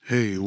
Hey